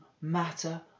matter